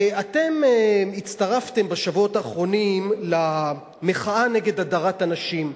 אתם הצטרפתם בשבועות האחרונים למחאה נגד הדרת הנשים.